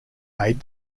made